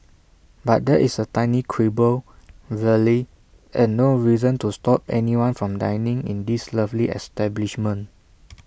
but that is A tiny quibble really and no reason to stop anyone from dining in this lovely establishment